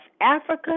Africa